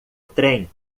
trem